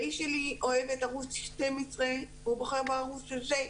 האיש שלי אוהב את ערוץ 12, הוא בוחר בערוץ הזה,